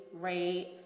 rate